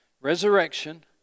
resurrection